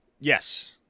Yes